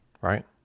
right